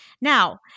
Now